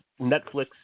Netflix